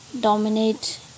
dominate